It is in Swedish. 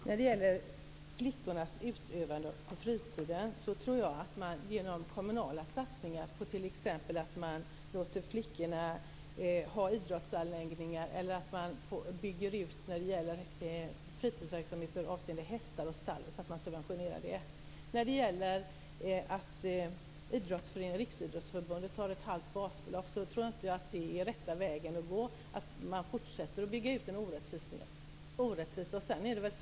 Herr talman! Jag tror att man kan komma till rätta med detta genom kommunala satsningar på flickornas fritidsintressen, t.ex. genom att man låter flickorna ha idrottsanläggningar eller genom att man bygger ut för fritidsverksamheter avseende hästar och stall och subventionerar det. Riksidrottsförbundet har ett halvt basbelopp, och jag tror inte att det är rätta vägen att gå att fortsätta att bygga ut den orättvisan.